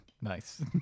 Nice